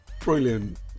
brilliant